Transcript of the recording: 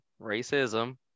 racism